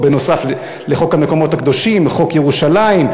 נוסף על חוק המקומות הקדושים וחוק ירושלים,